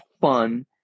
fun